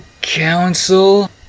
Council